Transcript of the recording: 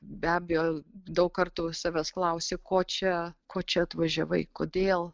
be abejo daug kartų savęs klausi ko čia ko čia atvažiavai kodėl